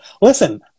Listen